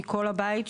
מכל הבית,